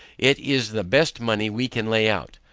it is the best money we can lay out.